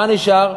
מה נשאר?